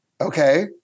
Okay